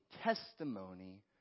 testimony